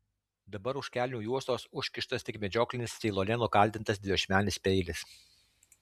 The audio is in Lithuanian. dabar už kelnių juostos užkištas tik medžioklinis ceilone nukaldintas dviašmenis peilis